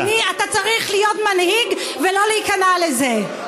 אדוני, אתה צריך להיות מנהיג ולא להיכנע לזה.